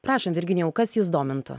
prašom virginijau kas jus domintų